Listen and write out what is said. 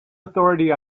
authority